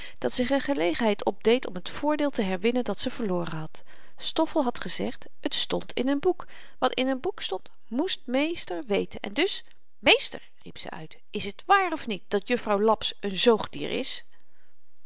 dat zich n gelegenheid opdeed om t voordeel te herwinnen dat ze verloren had stoffel had gezegd het stond in n boek wat in n boek stond moest meester weten en dus meester riep ze is t waar of niet dat juffrouw laps n zoogdier is